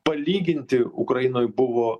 palyginti ukrainoj buvo